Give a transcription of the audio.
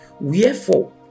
Wherefore